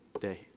day